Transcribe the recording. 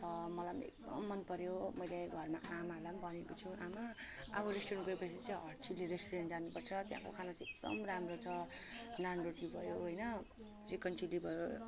मलाई पनि एकदम मन पऱ्यो मैले घरमा आमालाई पनि भनेको छु आमा अब रेस्टुरेन्ट गएपछि चाहिँ हट चिल्ली रेस्टुरेन्ट जानु पर्छ त्यहाँको खाना चाहिँ एकदम राम्रो छ नानरोटी भयो होइन चिकन चिल्ली भयो